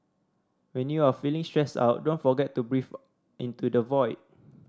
when you are feeling stressed out don't forget to breathe into the void